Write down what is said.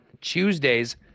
Tuesdays